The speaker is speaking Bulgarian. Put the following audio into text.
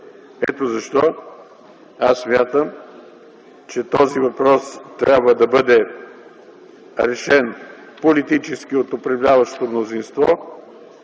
Затова смятам, че този въпрос трябва да бъде решен политически от управляващото мнозинство,